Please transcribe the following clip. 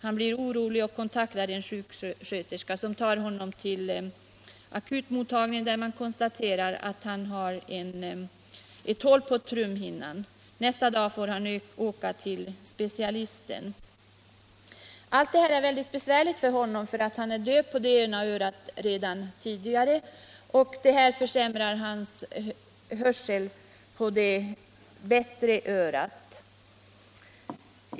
Då blev han orolig och kontaktade en sjuksköterska, som sände honom till akutmottagningen, där det konstaterades att han hade hål på trumhinnan, och nästa dag skickades han till en specialist. Allt detta var mycket besvärligt för honom. Han var nämligen redan tidigare döv på det ena örat, och nu försämrades hörseln även på det bättre örat.